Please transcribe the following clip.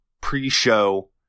pre-show